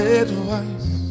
advice